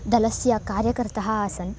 दलस्य कार्यकर्ता आसन्